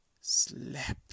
slept